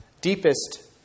deepest